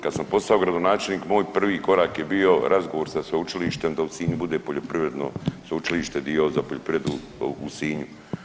Kada sam postao gradonačelnik moj prvi korak je bio razgovor sa sveučilištem da u Sinju bude poljoprivredno sveučilište, dio za poljoprivredu u Sinju.